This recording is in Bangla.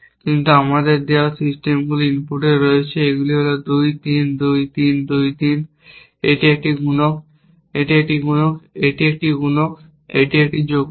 কিন্তু আমাদের দেওয়া সিস্টেমটি ইনপুটগুলিতে রয়েছে এইগুলি হল 2 3 2 3 2 3 এটি একটি গুণক এটি একটি গুণক এটি একটি গুণক এটি একটি যোগকারী